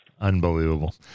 Unbelievable